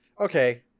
Okay